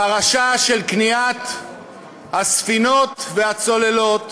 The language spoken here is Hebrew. הפרשה של קניית הספינות והצוללות,